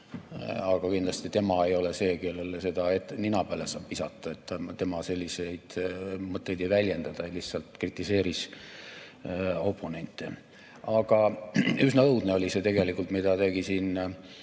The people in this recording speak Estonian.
Aga kindlasti tema ei ole see, kellele seda nina peale visata. Tema selliseid mõtteid ei väljenda, ta lihtsalt kritiseeris oponente. Aga üsna õudne oli see, mida tegi siin